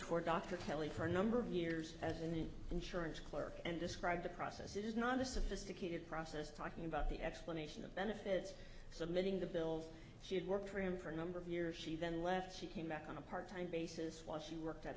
toward dr kelly for a number of years as an insurance clerk and described the process it is not a sophisticated process talking about the explanation of benefits submitting the bills she had worked for him for a number of years she then left she came back on a part time basis while she worked at